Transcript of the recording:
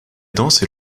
danse